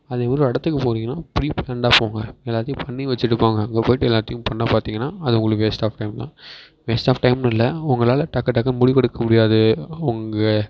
அது இடத்துக்கு போறிங்கன்னால் ப்ரீஃப்ளான்டாக போங்க எல்லாத்தையும் பண்ணி வச்சுட்டு போங்க அங்கே போய்ட்டு எல்லாத்தையும் பண்ண பார்த்திங்கன்னா அது உங்களுக்கு வேஸ்ட் ஆஃப் டைம் தான் வேஸ்ட் ஆஃப் டைம்னு இல்லை உங்களால் டக்கு டக்குன்னு முடிவெடுக்க முடியாது உங்கள்